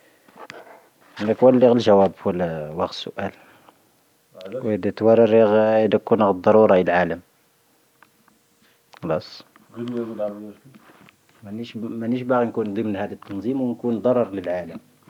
ⵀⴻⵔ ⵇⵓⵍ ⴷⴰ ⵙⴰⵡⴰⵉⵜ ⴻⵍ ⵊⴰⵡⴰⴱ ⵡⴰⵙ ⵙⵓⴰⵍ ⵡⴰⵜⵜⴻⵔⴻ ⵡⴰⵔⴻ ⴳⴰⵉ ⵇⵓⵏⴰ ⴷⴰⵔⴰⵔⵉ ⴰⵍⴰⵎ ⴽⵀⴰⵍⴰⵙ ⵎⴰⵏⵉⵙⵀ ⴱⴰⴽⵓⵎ ⴷⵉⵏⴰⵢⵉⵏ ⴷⴰⵔⴰⵔⵍ ⵍⵉⵍ ⴰⴰⵍⴰⵎ.